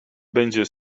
będzie